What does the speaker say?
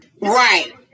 Right